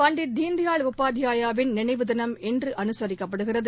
பண்டிட் தீன்தயாள் உபாத்யாயாவின் நினைவு தினம் இன்றுஅனுசரிக்கப்படுகிறது